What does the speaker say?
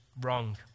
wrong